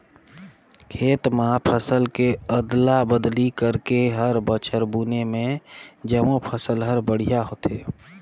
खेत म फसल के अदला बदली करके हर बछर बुने में जमो फसल हर बड़िहा होथे